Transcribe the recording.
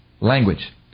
language